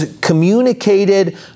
communicated